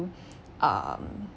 um